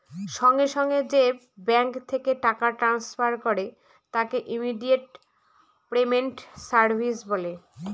সঙ্গে সঙ্গে যে ব্যাঙ্ক থেকে টাকা ট্রান্সফার করে তাকে ইমিডিয়েট পেমেন্ট সার্ভিস বলে